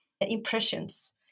impressions